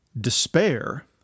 Despair